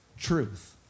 truth